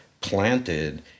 planted